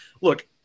Look